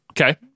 Okay